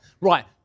Right